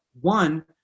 One